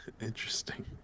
interesting